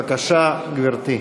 בבקשה, גברתי.